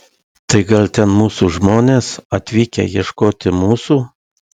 tai gal ten mūsų žmonės atvykę ieškoti mūsų